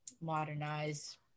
modernize